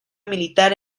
militar